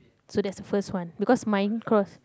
so that's the first one because mine cross